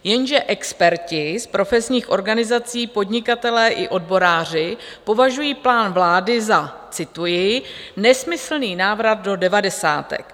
Jenže experti z profesních organizací, podnikatelé i odboráři považují plán vlády za cituji: nesmyslný návrat do devadesátek.